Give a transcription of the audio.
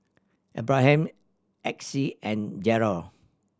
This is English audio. Abraham Exie and Jerrel